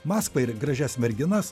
maskvą ir gražias merginas